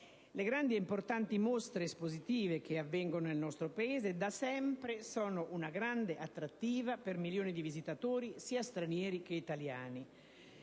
Le grandi e importanti mostre espositive che avvengono nel nostro Paese da sempre sono una grande attrattiva per milioni di visitatori sia stranieri che italiani.